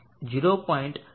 0